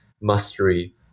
mastery